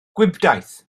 gwibdaith